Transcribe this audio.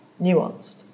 nuanced